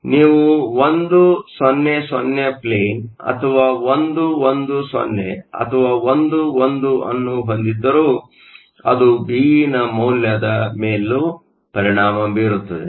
ನೀವು 100 ಪ್ಲೇನ್ ಅಥವಾ 110 ಅಥವಾ 111 ಅನ್ನು ಹೊಂದಿದ್ದರೂ ಅದು Be ನ ಮೌಲ್ಯದ ಮೇಲೂ ಪರಿಣಾಮ ಬೀರುತ್ತದೆ